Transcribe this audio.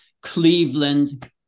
Cleveland